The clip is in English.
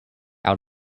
out